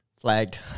Flagged